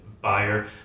buyer